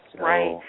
Right